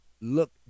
look